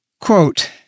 quote